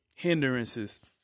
Hindrances